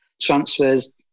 transfers